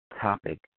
topic